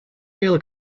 rail